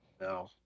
No